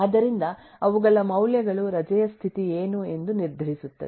ಆದ್ದರಿಂದ ಅವುಗಳ ಮೌಲ್ಯಗಳು ರಜೆಯ ಸ್ಥಿತಿ ಏನು ಎಂದು ನಿರ್ಧರಿಸುತ್ತದೆ